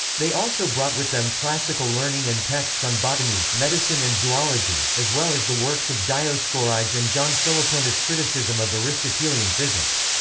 they also brought with them classical learning and texts on botany, medicine and zoology, as well as the works of dioscorides and john philoponus' criticism of aristotelian physics.